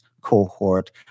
cohort